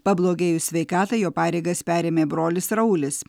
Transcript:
pablogėjus sveikatai jo pareigas perėmė brolis raulis